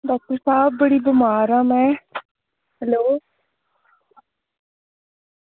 doctor साहब बड़ी बमार आं में हैलो